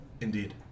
Indeed